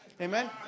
Amen